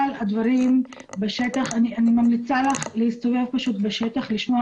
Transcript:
אני ממליצה לך להסתובב בשטח ולשמוע